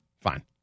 fine